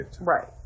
Right